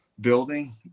building